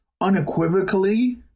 unequivocally